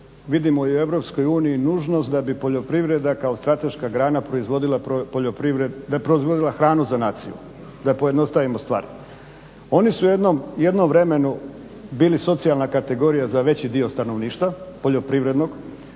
vidimo i EU nužno da bi poljoprivreda kao strateška grana proizvodila hranu za naciju, da je pojednostavimo stvar. Oni su u jednom vremenu bili socijalna kategorija za veći dio stanovništva, poljoprivrednog,